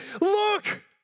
Look